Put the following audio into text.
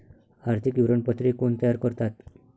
आर्थिक विवरणपत्रे कोण तयार करतात?